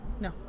No